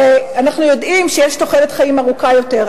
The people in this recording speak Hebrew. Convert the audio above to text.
הרי אנחנו יודעים שיש תוחלת חיים ארוכה יותר,